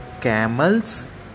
camel's